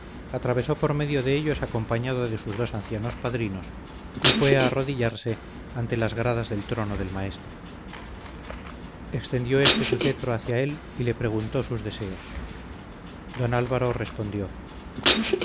atravesó por medio de ellos acompañado de sus dos ancianos padrinos y fue a arrodillarse ante las gradas del trono del maestre extendió éste su cetro hacia él y le preguntó sus deseos don álvaro respondió